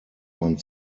man